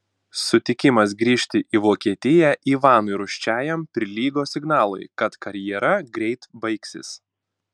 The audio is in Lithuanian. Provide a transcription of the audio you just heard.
sutikimas grįžti į vokietiją ivanui rūsčiajam prilygo signalui kad karjera greit baigsis